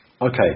Okay